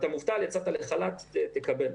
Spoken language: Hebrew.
אתה מובטל, יצאת לחל"ת תקבל.